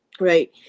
Right